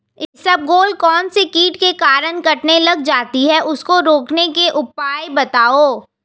इसबगोल कौनसे कीट के कारण कटने लग जाती है उसको रोकने के उपाय बताओ?